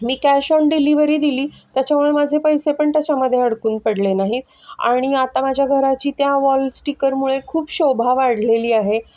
me cash on delivery दिली त्याच्यामुळे माझे पैसे पण त्याच्यामध्ये अडकून पडले नाहीत आणि आता माझ्या घराची त्या वॉलस्टिकरमुळे खूप शोभा वाढलेली आहे